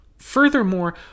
furthermore